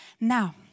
Now